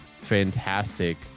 fantastic